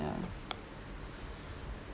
ya